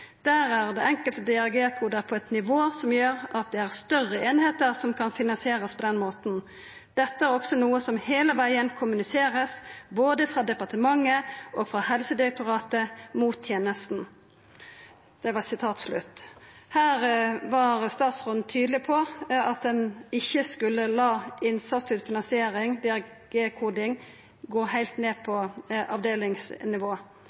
Der er det enkelte DRG-koder på et nivå som gjør at det er større enheter som kan finansieres på den måten. Dette er også noe som hele veien kommuniseres, både fra departementet og fra Helsedirektoratet, til tjenesten.» Her var statsråden tydeleg på at ein ikkje skulle la innsatsstyrt finansiering, DRG-koding, gå heilt ned